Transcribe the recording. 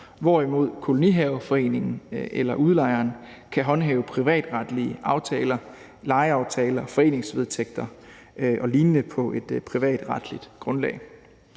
hvorimod kolonihaveforeningen eller udlejeren kan håndhæve privatretlige aftaler – lejeaftaler, foreningsvedtægter og lignende – på et privatretligt grundlag.